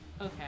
Okay